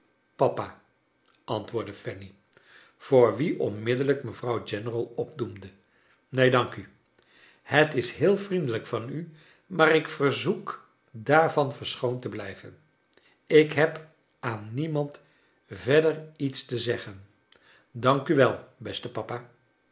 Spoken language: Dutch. papa antwoordde eanny voor wie onmiddellijk mevrouw general opdoemde neen dank u het is heel vriendelijk van u maar ik verzoek daarvan verschoond te blijven ik heb aan niemand verder iets te zeggen dank u wel beste papa